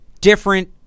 different